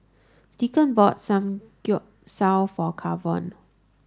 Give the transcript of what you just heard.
Deacon bought Samgeyopsal for Kavon